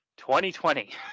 2020